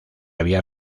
había